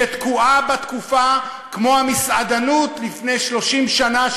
שתקועה בתקופה כמו המסעדנות לפני 30 שנה,